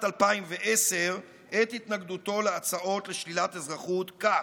2010 את התנגדותו להצעות לשלילת אזרחות כך,